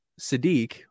Sadiq